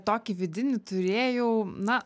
tokį vidinį turėjau na